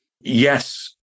Yes